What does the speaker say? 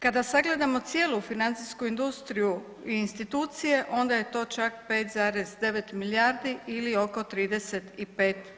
Kada sagledamo cijelu financijsku industriju i institucije, onda je to čak 5,9 milijardi ili oko 35%